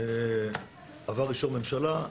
עבר אישור ממשלה,